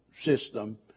system